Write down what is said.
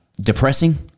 depressing